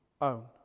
own